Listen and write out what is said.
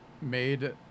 made